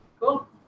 Cool